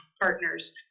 partners